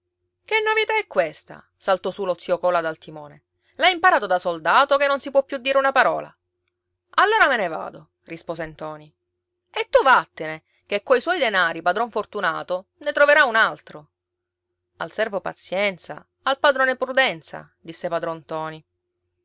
che novità è questa saltò su lo zio cola dal timone l'hai imparato da soldato che non si può dire più una parola allora me ne vado rispose ntoni e tu vattene che coi suoi denari padron fortunato ne troverà un altro al servo pazienza al padrone prudenza disse padron ntoni